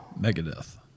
Megadeth